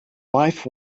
life